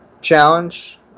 challenge